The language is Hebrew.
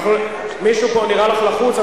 אדוני היושב-ראש, בטרומי, מישהו פה נראה לך לחוץ?